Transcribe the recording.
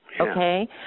okay